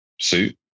suit